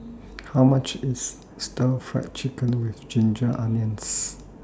How much IS Stir Fry Chicken with Ginger Onions